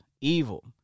evil